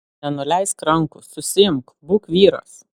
nenuleisk rankų susiimk būk vyras